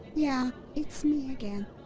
yeah, it's me again.